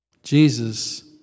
Jesus